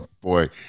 boy